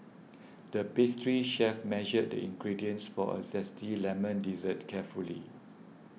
the pastry chef measured the ingredients for a Zesty Lemon Dessert carefully